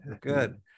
good